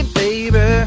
baby